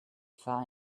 far